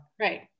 Right